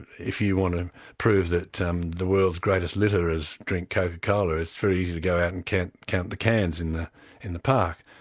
if you want to prove that um the world's greatest litterers drink coca cola, it's very easy to go out and count count the cans in the in the park.